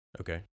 Okay